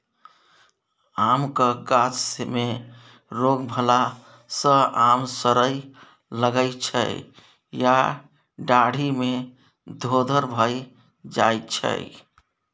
आमक गाछ मे रोग भेला सँ आम सरय लगै छै या डाढ़ि मे धोधर भए जाइ छै